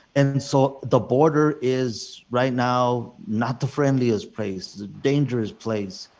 and so the border is right now not the friendliest place. it's a dangerous place,